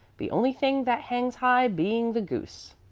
the only thing that hangs high being the goose.